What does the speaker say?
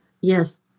yes